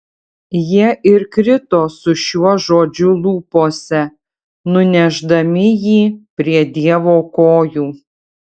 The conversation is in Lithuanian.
jie ir krito su šiuo žodžiu lūpose nunešdami jį prie dievo kojų